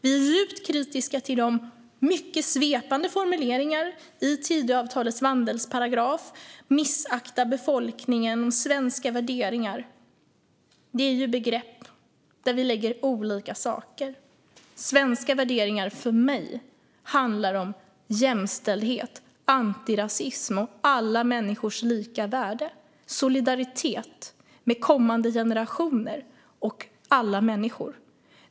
Vi är djupt kritiska till de mycket svepande formuleringarna i Tidöavtalets vandelsparagraf om att missakta befolkningen och svenska värderingar. Det är begrepp där man lägger in olika saker. Svenska värderingar handlar för mig om jämställdhet, antirasism och alla människors lika värde. De handlar om solidaritet med kommande generationer och alla människor.